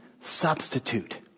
Substitute